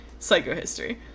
Psychohistory